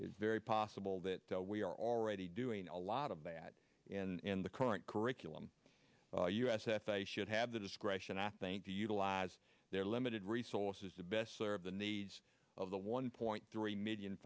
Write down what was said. it's very possible that we are already doing a lot of that and the current curriculum us that they should have the discretion i think to utilize their limited resources to best serve the needs of the one point three million